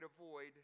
avoid